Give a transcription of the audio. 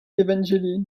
evangeline